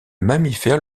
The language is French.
mammifère